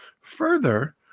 Further